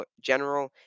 general